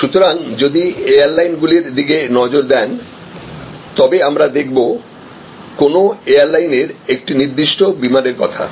সুতরাং যদি এয়ারলাইনগুলির দিকে নজর দেন তবে আমরা দেখব কোনও এয়ারলাইনের একটি নির্দিষ্ট বিমানের কথা